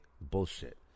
Bullshit